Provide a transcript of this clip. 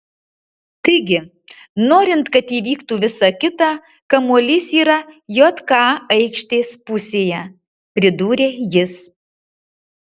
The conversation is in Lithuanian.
taigi norint kad įvyktų visa kita kamuolys yra jk aikštės pusėje pridūrė jis